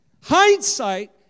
Hindsight